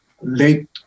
late